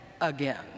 again